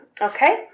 Okay